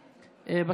יחידה).